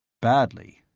badly.